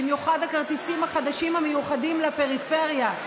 במיוחד הכרטיסים החדשים המיוחדים לפריפריה,